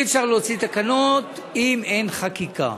אי-אפשר להוציא תקנות אם אין חקיקה.